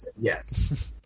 Yes